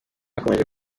akomeje